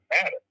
matter